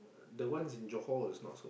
the ones in Johor is not so bad